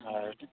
হয়